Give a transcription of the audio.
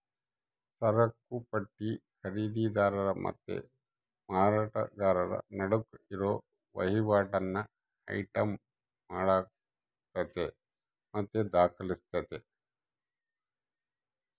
ಸರಕುಪಟ್ಟಿ ಖರೀದಿದಾರ ಮತ್ತೆ ಮಾರಾಟಗಾರರ ನಡುಕ್ ಇರೋ ವಹಿವಾಟನ್ನ ಐಟಂ ಮಾಡತತೆ ಮತ್ತೆ ದಾಖಲಿಸ್ತತೆ